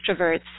extroverts